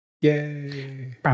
yay